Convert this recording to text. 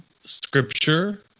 scripture